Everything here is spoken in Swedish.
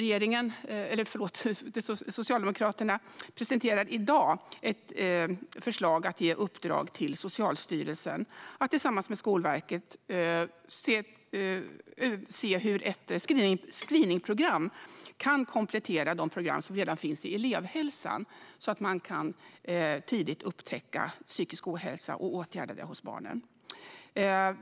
Vi presenterar i dag ett förslag att ge ett uppdrag till Socialstyrelsen att tillsammans med Skolverket se hur ett screeningprogram kan komplettera de program som redan finns inom elevhälsan för att man tidigt ska upptäcka och åtgärda psykisk ohälsa hos barnen.